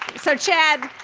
so chad,